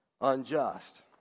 unjust